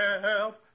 Help